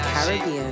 Caribbean